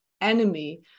enemy